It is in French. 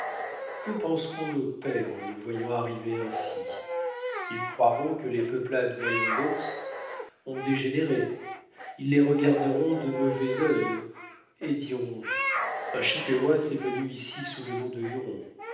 que penseront nos pères en les voyant arriver ainsi ils croiront que les peuplades wyandots ont dégénéré ils les regarderont de mauvais œil et diront un chippewas est venu ici sous le nom de